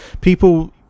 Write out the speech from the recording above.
People